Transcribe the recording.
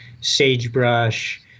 sagebrush